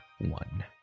one